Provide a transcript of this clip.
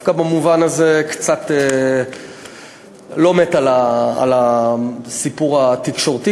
דווקא במובן הזה אני קצת לא מת על הסיפור התקשורתי,